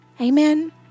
Amen